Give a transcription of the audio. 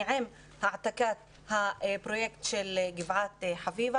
אני בעד העתקת הפרויקט של גבעת חביבה